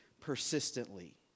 persistently